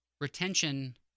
retention